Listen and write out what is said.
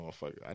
motherfucker